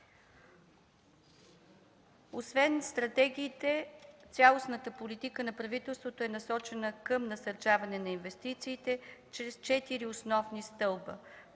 Освен стратегиите цялостната политика на правителството е насочена към насърчаване на инвестициите чрез четири основни стълба.